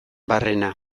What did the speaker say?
barrena